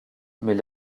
mais